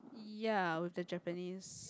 ya with the Japanese